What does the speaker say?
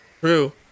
True